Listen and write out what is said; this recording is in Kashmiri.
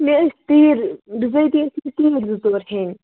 مےٚ ٲسۍ تیٖر بِزٲتی ٲسۍ مےٚ زٕ ژور ہیٚنۍ